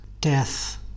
death